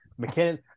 McKinnon